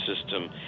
system